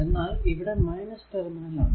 എന്നാൽ ഇവിടെ ടെർമിനൽ ആണ്